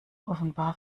offenbar